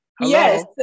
Yes